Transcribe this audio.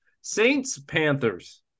Saints-Panthers